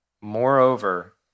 moreover